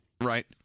Right